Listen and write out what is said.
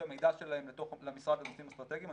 המידע שלהם למשרד לנושאים אסטרטגיים.